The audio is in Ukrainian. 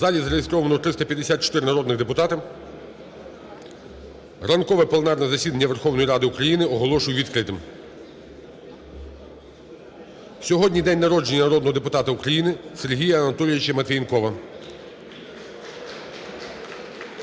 У залі зареєстровано 354 народних депутатів. Ранкове пленарне засідання Верховної Ради України оголошую відкритим. Сьогодні день народження народного депутата України Сергія Анатолійовича Матвієнкова.